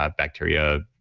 ah bacteria,